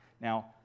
Now